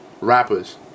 rappers